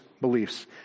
beliefs